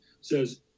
says